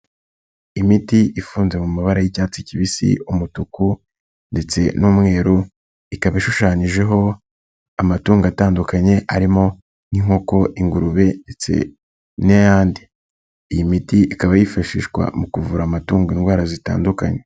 Imiti ifunze mu mabara y'icyatsi kibisi, umutuku ndetse n'umweru, ikaba ishushanyijeho amatungo atandukanye arimo n'inkoko, ingurube ndetse n'ayandi, iyi miti ikaba yifashishwa mu kuvura amatungo indwara zitandukanye.